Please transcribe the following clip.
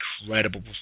incredible